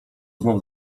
znów